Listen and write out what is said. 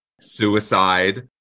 suicide